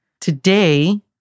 Today